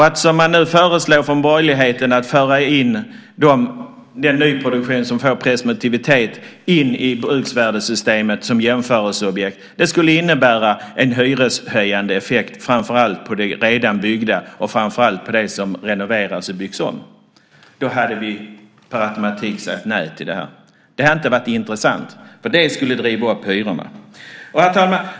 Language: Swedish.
Att, som man nu föreslår från borgerligheten, föra in den nyproduktion som får presumtion in i bruksvärdessystemet som jämförelseobjekt skulle innebära en hyreshöjande effekt, framför allt på det redan byggda och framför allt på det som renoveras och byggs om. Då hade vi per automatik sagt nej till det här. Det hade inte varit intressant. För det skulle driva upp hyrorna. Herr talman!